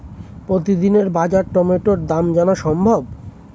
প্রতিদিনের বাজার টমেটোর দাম জানা সম্ভব?